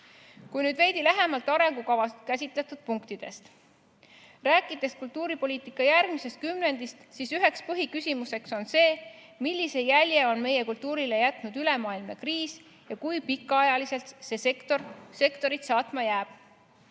Kuid nüüd veidi lähemalt arengukavas käsitletud punktidest. Rääkides kultuuripoliitika järgmisest kümnendist, on üheks põhiküsimuseks see, millise jälje on meie kultuurile jätnud ülemaailmne kriis ja kui pikaajaliselt see sektorit saatma jääb.